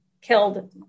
killed